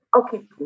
Okay